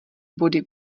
body